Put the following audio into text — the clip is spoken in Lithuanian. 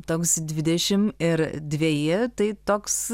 toks dvidešim ir dveji tai toks